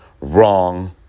Wrong